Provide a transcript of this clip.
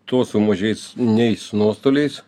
tuo sumažės neis nuostoliais